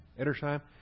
Edersheim